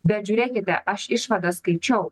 bet žiūrėkite aš išvadas skaičiau